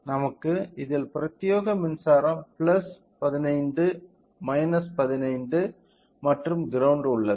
நமக்கு இதில் பிரத்யேக மின்சாரம் 15 15 மற்றும் கிரௌண்ட் உள்ளது